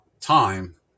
time